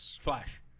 Flash